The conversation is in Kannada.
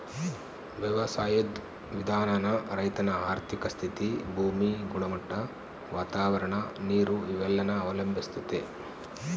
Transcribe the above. ವ್ಯವಸಾಯುದ್ ವಿಧಾನಾನ ರೈತನ ಆರ್ಥಿಕ ಸ್ಥಿತಿ, ಭೂಮಿ ಗುಣಮಟ್ಟ, ವಾತಾವರಣ, ನೀರು ಇವೆಲ್ಲನ ಅವಲಂಬಿಸ್ತತೆ